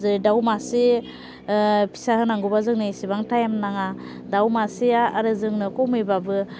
जेरै दाव मासे फिसा होनांगौबा जोंनो एसेबां टाइम नाङा दाव मासेया आरो जोंनो खमैबो